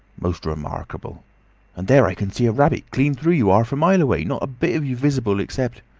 most remarkable and there i can see a rabbit clean through you, arf a mile away! not a bit of you visible except